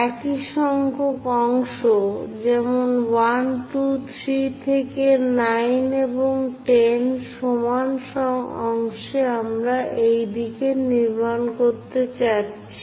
একই সংখ্যক অংশ যেমন 1 2 3 থেকে 9 এবং 10 সমান অংশ আমরা এই দিকে নির্মাণ করতে যাচ্ছি